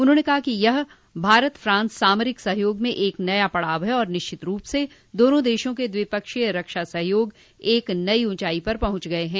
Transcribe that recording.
उन्होंने कहा कि यह भारत फ्रांस सामरिक सहयोग में एक नया पड़ाव है और निश्चित रूप से दोनों देशों के द्विपक्षीय रक्षा सहयोग एक नई ऊंचाई पर पहुंच गये हैं